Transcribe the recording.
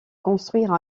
construire